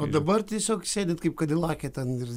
o dabar tiesiog sėdit kaip kadilake ten ir